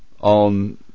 on